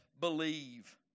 believe